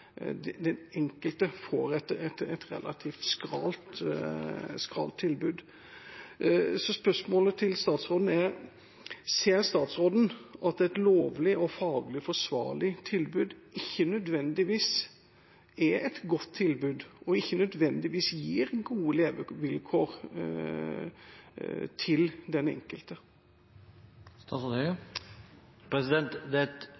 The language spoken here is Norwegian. enkelte får et relativt skralt tilbud. Så spørsmålet til statsråden er: Ser statsråden at et lovlig og faglig forsvarlig tilbud ikke nødvendigvis er et godt tilbud, og ikke nødvendigvis gir gode levekår for den enkelte? Det er et